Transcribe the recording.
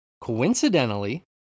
Coincidentally